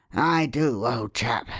i do, old chap.